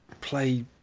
play